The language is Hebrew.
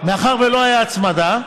מאחר שלא הייתה הצמדה,